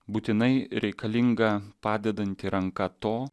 būtinai reikalinga padedanti ranka to